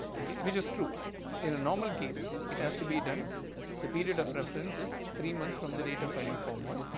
which is true in a normal case, it has to be done the period of references three months from the date of filing form one,